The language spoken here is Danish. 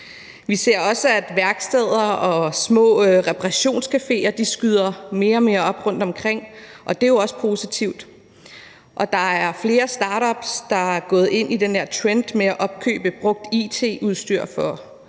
Vi ser også, at værksteder og små reparationscaféer skyder mere og mere op rundtomkring, og det er jo også positivt. Og der er flere startups, der er gået ind i den der trend med at opkøbe brugt it-udstyr hos det